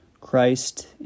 Christ